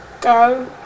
go